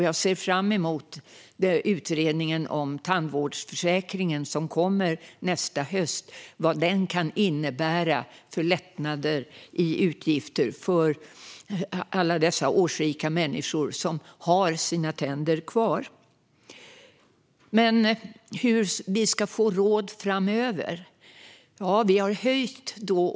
Jag ser fram emot vad utredningen om tandvårdsförsäkringen som ska läggas fram nästa höst kan innebära i form av lättnader i utgifter för alla dessa årsrika människor som har sina tänder kvar. Hur ska vi få råd framöver?